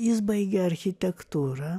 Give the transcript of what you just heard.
jis baigė architektūrą